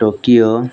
Tokyo